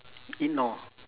ignore